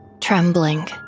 Trembling